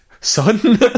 Son